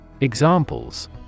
Examples